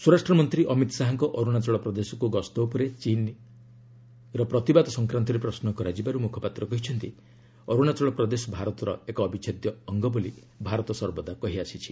ସ୍ୱରାଷ୍ଟ୍ର ମନ୍ତ୍ରୀ ଅମିତ ଶାହାଙ୍କ ଅରୁଣାଚଳ ପ୍ରଦେଶକୁ ଗସ୍ତ ଉପରେ ଚୀନ୍ର ପ୍ରତିବାଦ ସଂକ୍ରାନ୍ତରେ ପ୍ରଶ୍ନ କରାଯିବାରୁ ମୁଖପାତ୍ର କହିଛନ୍ତି ଅରୁଣାଚଳ ପ୍ରଦେଶ ଭାରତ ଏକ ଅବିଚ୍ଛେଦ୍ୟ ଅଙ୍ଗ ବୋଲି ଭାରତ ସର୍ବଦା କହି ଆସୁଛି